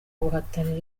guhatanira